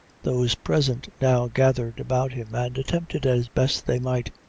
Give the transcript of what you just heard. those present now gathered about him, and attempted as best they might,